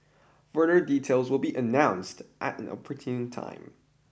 further details will be announced at an opportune time